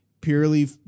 purely